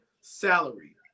salary